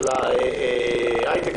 של ההייטק,